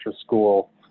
school